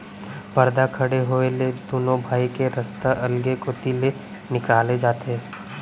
परदा खड़े होए ले दुनों भाई के रस्ता अलगे कोती ले निकाले जाथे